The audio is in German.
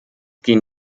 gehen